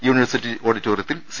university ഓഡിറ്റോറിയ ത്തിൽ C